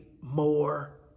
more